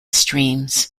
streams